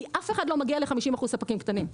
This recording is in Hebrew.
כי אף אחד לא מגיע לכ-50% ספקים קטנים,